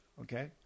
okay